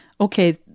okay